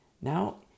now